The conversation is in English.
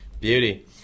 Beauty